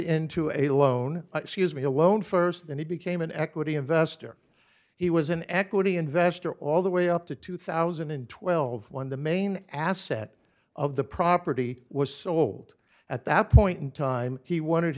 into a loan she has me alone first then he became an equity investor he was an equity investor all the way up to two thousand and twelve when the main asset of the property was sold at that point in time he wanted